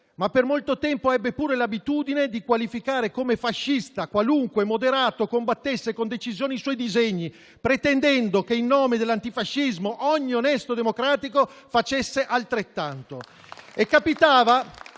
ma per molto tempo ebbe pure l'abitudine di qualificare come "fascista" qualunque "moderato" che combattesse con decisione i suoi disegni, pretendendo che in nome dell'antifascismo ogni "onesto democratico" facesse altrettanto.